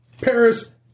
Paris